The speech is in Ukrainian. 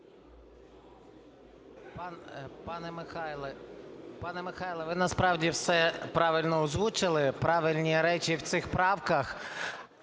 Пане Михайле, ви насправді все правильно озвучили, правильні речі в цих правках.